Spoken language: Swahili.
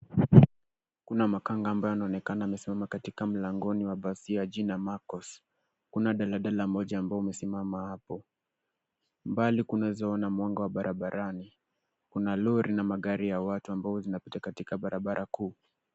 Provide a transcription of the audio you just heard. Kuna makanga ambayo anaonekana amesimama katika mlangoni wa basi ya jina Marcos. Kuna daladala moja ambayo umesimama hapo. Mbali kunaeza ona mwanga wa barabarani. Kuna lori na magari ya watu ambayo zinapita katika barabara kuu.